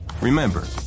Remember